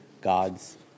God's